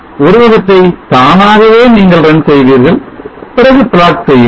உருவகத்தை தானாகவே நீங்கள் run செய்வீர்கள் பிறகு plot செய்யுங்கள்